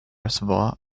reservoir